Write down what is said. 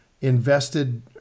invested